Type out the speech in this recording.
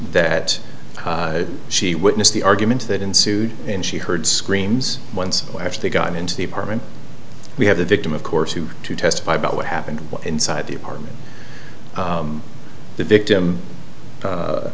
that she witnessed the arguments that ensued and she heard screams once they got into the apartment we have the victim of course to testify about what happened inside the apartment the victim